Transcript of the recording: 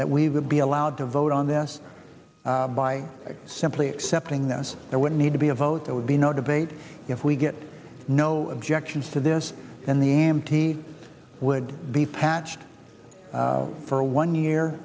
that we would be allowed to vote on this by simply accepting this there would need to be a vote there would be no debate if we get no objections to this then the empty would be patched for a one year